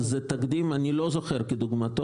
זה תקדים שאני לא זוכר כמוהו.